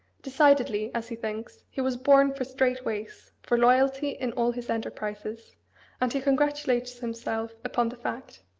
decidedly, as he thinks, he was born for straight ways, for loyalty in all his enterprises and he congratulates himself upon the fact.